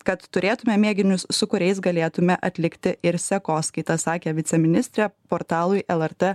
kad turėtume mėginius su kuriais galėtume atlikti ir sekoskaitą sakė viceministrė portalui lrt